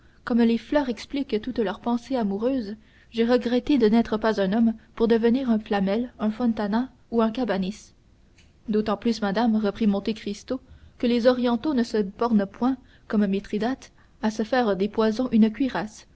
comme les fleurs expliquent toute leur pensée amoureuse j'ai regretté de n'être pas homme pour devenir un flamel un fontana ou un cabanis d'autant plus madame reprit monte cristo que les orientaux ne se bornent point comme mithridate à se faire des poisons une cuirasse